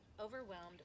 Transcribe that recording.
overwhelmed